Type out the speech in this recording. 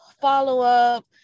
follow-up